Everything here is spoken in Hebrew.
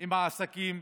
עם העסקים.